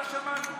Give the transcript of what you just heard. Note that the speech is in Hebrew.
לא שמעתי.